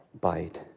bite